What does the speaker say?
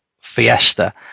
Fiesta